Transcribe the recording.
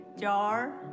jar